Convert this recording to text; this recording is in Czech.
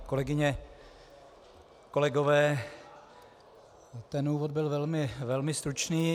Kolegyně, kolegové, ten úvod byl velmi stručný.